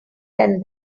than